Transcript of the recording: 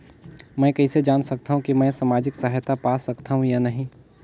मै कइसे जान सकथव कि मैं समाजिक सहायता पा सकथव या नहीं?